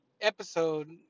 episode